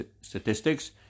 Statistics